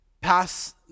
pass